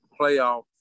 playoff